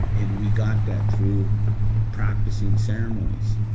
and we got that through practicing ceremonies,